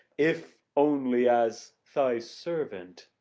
if only as thy servant.